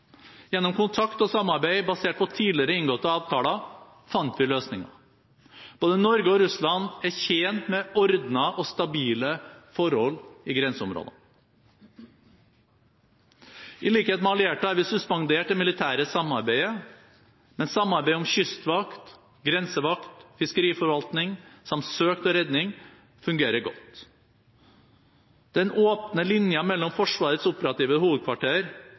Gjennom kontakt og samarbeid basert på tidligere inngåtte avtaler fant vi løsninger. Både Norge og Russland er tjent med ordnede og stabile forhold i grenseområdene. I likhet med allierte har vi suspendert det militære samarbeidet, men samarbeid om kystvakt, grensevakt, fiskeriforvaltning samt søk og redning fungerer godt. Den åpne linjen mellom Forsvarets operative